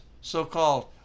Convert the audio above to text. so-called